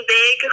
big